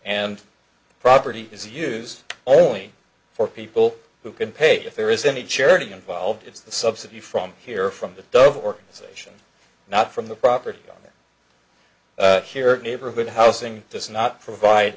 and property is used only for people who can pay if there is any charity involved it's the subsidy from here from the dove organization not from the property here neighborhood housing does not provide